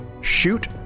shoot